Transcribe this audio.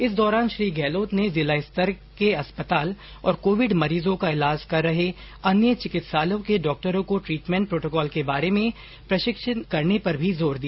इस दौरान श्री गहलोत ने जिला स्तर के अस्पताल और कोविड मरीजों का इलाज कर रहे अन्य चिकित्सालयों के डॉक्टरों को ट्रीटमेन्ट प्रोटोकॉल के बारे में प्रशिक्षित करने पर भी जोर दिया